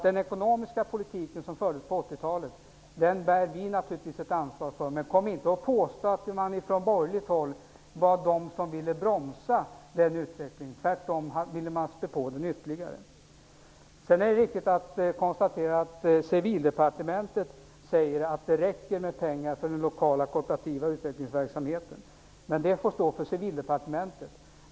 Den ekonomiska politik som fördes på 80-talet bär vi naturligtvis ett ansvar för, men påstå inte att man från borgerligt håll ville bromsa utvecklingen! Tvärtom ville man spä på den ytterligare. Det är vidare viktigt att konstatera att Civildepartementet säger att det finns tillräckligt med pengar till den lokala kooperativa utvecklingsverksamheten. Men detta får stå för Civildepartementets räkning.